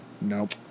Nope